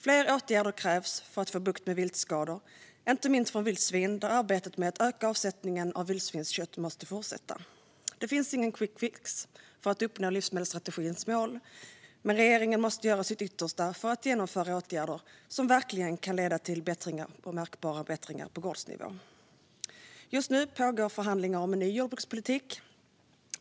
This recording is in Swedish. Fler åtgärder krävs för att få bukt med viltskador, inte minst från vildsvin där arbetet med att öka avsättningen av vildsvinskött måste fortsätta. Det finns ingen quickfix för att uppnå livsmedelsstrategins mål, men regeringen måste göra sitt yttersta för att genomföra åtgärder som verkligen kan leda till märkbara förbättringar på gårdsnivå. Just nu pågår förhandlingar om en ny jordbrukspolitik.